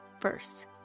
first